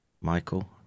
michael